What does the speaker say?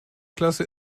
klasse